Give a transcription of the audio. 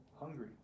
hungry